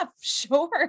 sure